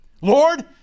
Lord